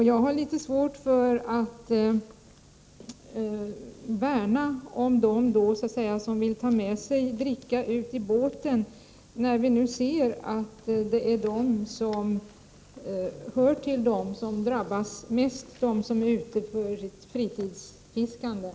Jag har litet svårt att värna om dem som vill ta med sig dricka i båten, när vi vet att det är bland dem som är ute på fritidsfiske som olycksfrekvensen är högst.